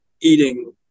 eating